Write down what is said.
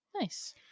Nice